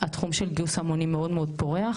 התחום של גיוס המונים מאוד מאוד פורח,